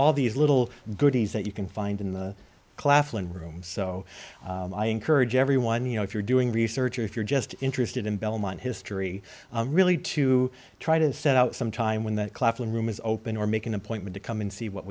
all these little goodies that you can find in the claflin room so i encourage everyone you know if you're doing research or if you're just interested in belmont history really to try to set out some time when that claflin room is open or make an appointment to come and